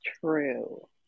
True